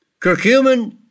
Curcumin